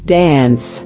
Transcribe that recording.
dance